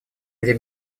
где